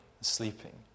sleeping